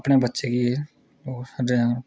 अपने बच्चे गी